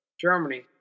Germany